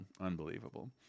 Unbelievable